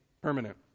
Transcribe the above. permanent